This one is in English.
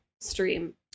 stream